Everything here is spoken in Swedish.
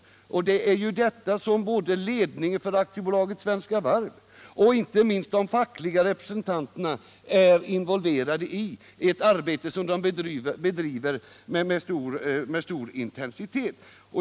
Det är detta = varvet, m.m. som både ledningen för Svenska Varv och — inte minst — de fackliga representanterna är involverade i, ett arbete som de bedriver med stor intensitet.